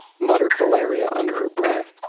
muttered valeria under her breath.